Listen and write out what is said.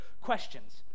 questions